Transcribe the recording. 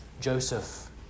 Joseph